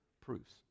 proofs